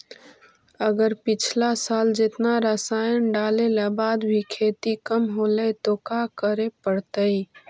अगर पिछला साल जेतना रासायन डालेला बाद भी खेती कम होलइ तो का करे पड़तई?